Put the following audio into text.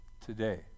today